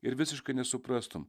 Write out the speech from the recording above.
ir visiškai nesuprastum